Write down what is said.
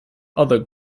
other